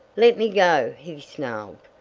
let me go! he snarled,